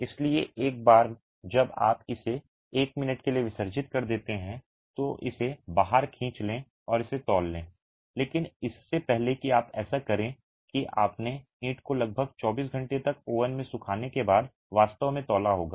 इसलिए एक बार जब आप इसे एक मिनट के लिए विसर्जित कर देते हैं तो इसे बाहर खींच लें और इसे तौल लें लेकिन इससे पहले कि आप ऐसा करें कि आपने ईंट को लगभग 24 घंटे तक ओवन में सुखाने के बाद वास्तव में तौला होगा